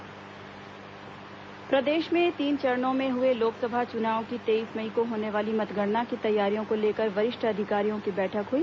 मतगणना प्रशिक्षण प्रदेश में तीन चरणों में हुए लोकसभा चुनाव की तेईस मई को होने वाली मतगणना की तैयारियों को लेकर वरिष्ठ अधिकारियों की बैठक हुई